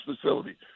facility